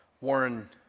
Warren